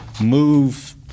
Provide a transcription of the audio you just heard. move